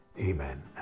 Amen